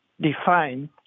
defined